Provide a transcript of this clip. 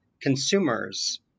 consumers